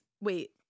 Wait